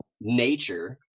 nature